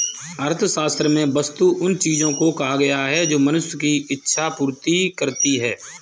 अर्थशास्त्र में वस्तु उन चीजों को कहा गया है जो मनुष्य की इक्षा पूर्ति करती हैं